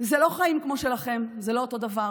זה לא חיים כמו שלכם, זה לא אותו דבר.